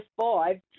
five